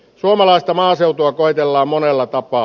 suomalaista maaseutua koetellaan monella tapaa